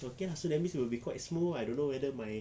okay lah so that means it will be quite smooth I don't know whether my